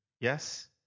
Yes